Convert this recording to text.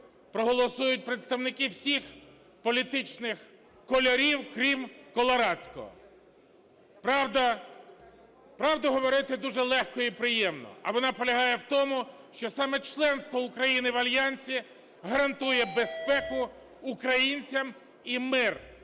проголосують представники всіх політичних кольорів крім колорадського. Правду говорити дуже легко і приємно. А вона полягає в тому, що саме членство України в Альянсі гарантує безпеку українцям і мир